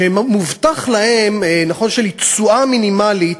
מובטחת להם תשואה מינימלית,